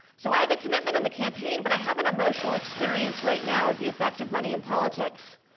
so i have a commitment in the campaign, but i have an emotional experience right now of the effect of money in politics,